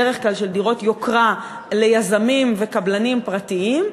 בדרך כלל של דירות יוקרה של יזמים וקבלנים פרטיים,